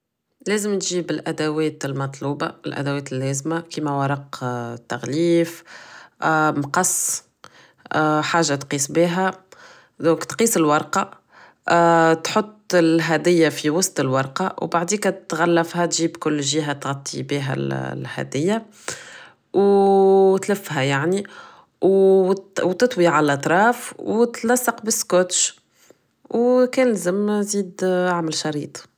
لازم تجيب الادوات المطلوبة الادوات اللازمة كيما ورق التغليف مقص حاجة تقيس بيها دونك تقيس الورقة تحط الهدية في وسط الورقة و بعديكا تغلفها تجيب كل جهة تغطي بيها الهدية و تلفها يعني و تطوي عل اطراف و تلصق بالسكوتش و كان لزم زيد اعمل شريط